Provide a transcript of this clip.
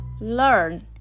learn